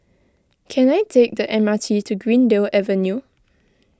can I take the M R T to Greendale Avenue